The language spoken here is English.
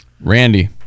randy